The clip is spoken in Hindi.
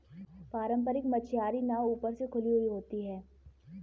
पारम्परिक मछियारी नाव ऊपर से खुली हुई होती हैं